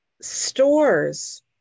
stores